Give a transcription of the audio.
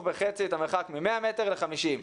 בחצי את המרחק מ-100 מטרים ל-50 מטרים.